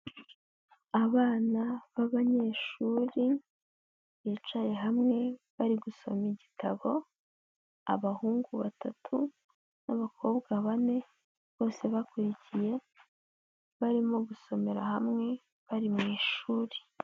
Abana b'abanyeshuri bicaye hamwe bari gusoma igitabo, abahungu batatu n'abakobwa bane bose bakurikiye barimo gusomera hamwe bari mu ishuri.